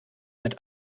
mit